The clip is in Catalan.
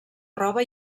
roba